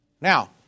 Now